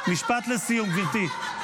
משפט לסיום, גברתי.